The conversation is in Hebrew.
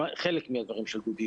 שמעתי חלק מהדברים של דודי,